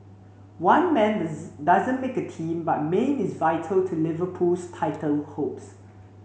one man doesn't make a team but Mane is vital to Liverpool's title hopes